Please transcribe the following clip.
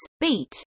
beat